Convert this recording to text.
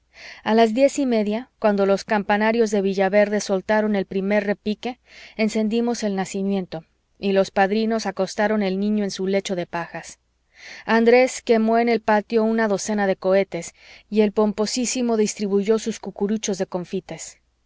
a las diez y media cuando los campanarios de villaverde soltaron el primer repique encendimos el nacimiento y los padrinos acostaron el niño en su lecho de pajas andrés quemó en el patio una docena de cohetes y el pomposísimo distribuyó sus cucuruchos de confites